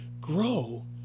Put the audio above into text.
grow